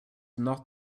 not